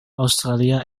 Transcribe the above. australia